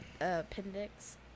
appendix